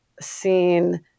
seen